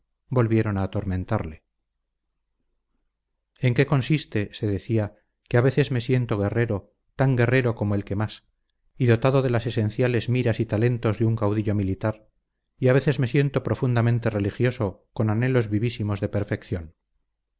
volvieron a atormentarle en qué consiste se decía que a veces me siento guerrero tan guerrero como el que más y dotado de las esenciales miras y talentos de un caudillo militar y a veces me siento profundamente religioso con anhelos vivísimos de perfección